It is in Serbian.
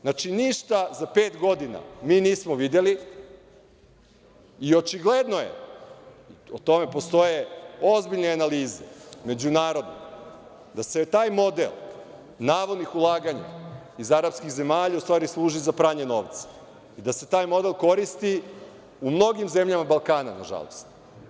Znači, ništa za pet godina mi nismo videli i očigledno je, o tome postoje ozbiljne međunarodne analize, da taj model navodnih ulaganja iz arapskih zemalja u stvari služi za pranje novca i da se taj model koristi u mnogim zemljama Balkana, nažalost.